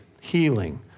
healing